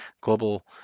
global